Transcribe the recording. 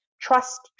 Trust